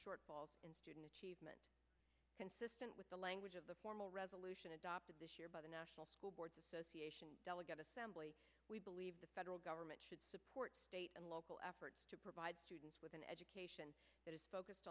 shortfalls in student achievement consistent with the language of the formal resolution adopted this year by the national association delegate assembly we believe the federal government should support state and local effort to provide students with an education that is focused